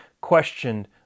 questioned